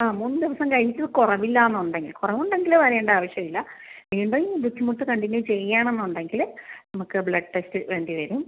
ആ മൂന്നുദിവസം കഴിഞ്ഞിട്ട് കുറവില്ലാന്നുണ്ടെങ്കിൽ കുറവുണ്ടെങ്കിൽ വരണ്ട ആവശ്യമില്ല വീണ്ടും ബുദ്ധിമുട്ട് കണ്ടിന്യു ചെയ്യുകയാണെന്നുണ്ടെങ്കിൽ നമുക്ക് ബ്ലഡ് ടെസ്റ്റ് വേണ്ടി വരും